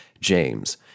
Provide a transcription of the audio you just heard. James